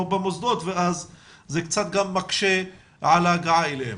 לא במוסדות וזה קצת גם מקשה על ההגעה אליהם.